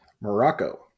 Morocco